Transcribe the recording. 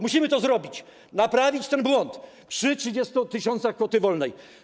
Musimy to zrobić, naprawić ten błąd, przy 30 tys. kwoty wolnej.